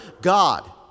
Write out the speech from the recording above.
God